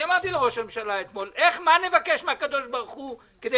אמרתי לראש הממשלה אתמול: מה נבקש מהקדוש ברוך הוא כדי